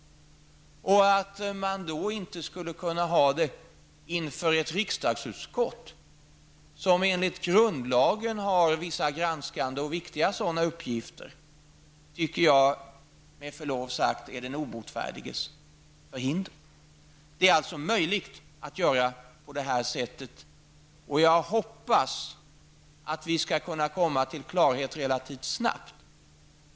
Att man då inte skulle kunna ha en sanningsförsäkran inför ett riksdagsutskott som enligt grundlagen har vissa granskande uppgifter, och viktiga sådana, är med förlov sagt den obotfärdiges förhinder. Det är alltså möjligt att göra på detta sätt, och jag hoppas att vi skall kunna komma till klarhet relativt snabbt.